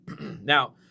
Now